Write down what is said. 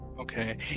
Okay